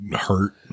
hurt